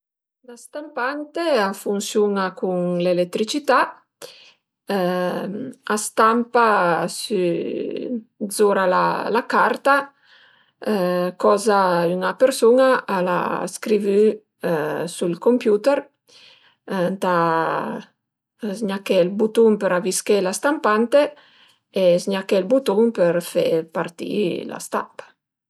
La stampante a funsiun-a cun l'eletricità a stampa sü d'zura la carta coza üna persun-a al a scrivü' s'ël computer, ëntà zgnaché ël butun për avisché la stampante e zgnaché ël butun për fe parti la stampa